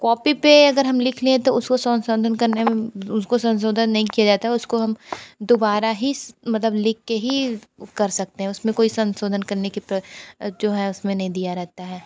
copy पर अगर हम लिख लें तो उसको संशोधन करने में उसको संशोधन नहीं किया जाता है उसको हम दोबारा ही मतलब लिख के ही कर सकते हैं उस में कोई संशोधन करने की प्र जो है उस में नहीं दिया रेहता है